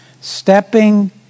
Stepping